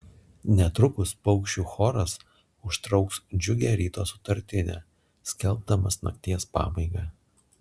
netrukus paukščių choras užtrauks džiugią ryto sutartinę skelbdamas nakties pabaigą